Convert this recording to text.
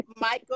Michael